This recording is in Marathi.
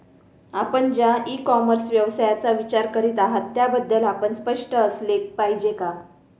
आपण ज्या इ कॉमर्स व्यवसायाचा विचार करीत आहात त्याबद्दल आपण स्पष्ट असले पाहिजे का?